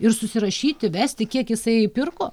ir susirašyti vesti kiek jisai pirko